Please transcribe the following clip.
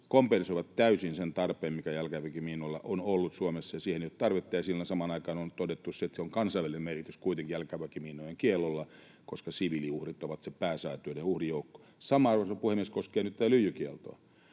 kompensoivat täysin sen tarpeen, mikä jalkaväkimiinoilla on ollut Suomessa. Siihen ei ole tarvetta, ja siinä samaan aikaan on todettu se, että sillä jalkaväkimiinojen kiellolla on kuitenkin kansainvälinen merkitys, koska siviiliuhrit ovat se pääsääntöinen uhrijoukko. Arvoisa puhemies! Sama koskee nyt tätä lyijykieltoa.